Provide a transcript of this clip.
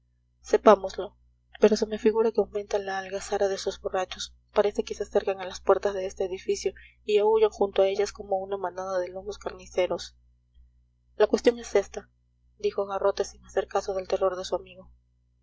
sepámoslo pero se me figura que aumenta la algazara de esos borrachos parece que se acercan a las puertas de este edificio y aúllan junto a ellas como una manada de lobos carniceros la cuestión es ésta dijo garrote sin hacer caso del terror de su amigo